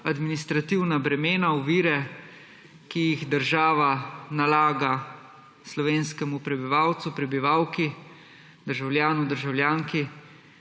administrativna bremena, ovire, ki jih država nalaga slovenskemu prebivalcu, prebivalki, državljanu, državljanki,